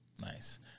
Nice